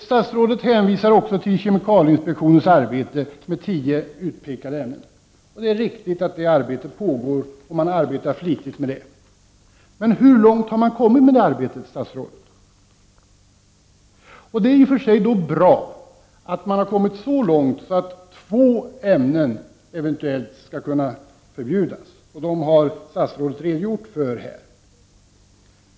Statsrådet hänvisar också till kemikalieinspektionens arbete med att begränsa förekomsten av ett tiotal utpekade ämnen. Det är riktigt att man arbetar flitigt med detta. Men hur långt har man kommit med arbetet, statsrådet? Det är i och för sig bra att man har kommit så långt att två ämnen eventuellt skall kunna förbjudas, vilka statsrådet har redogjort för.